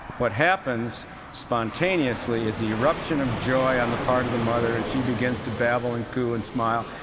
what happens spontaneously is the eruption of joy on the part of the mother. and she begins to babble and coo and smile,